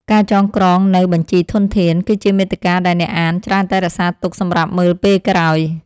ការចងក្រងនូវបញ្ជីធនធាន គឺជាមាតិកាដែលអ្នកអានច្រើនតែរក្សាទុកសម្រាប់មើលពេលក្រោយ។